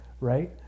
Right